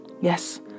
Yes